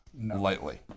lightly